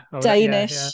Danish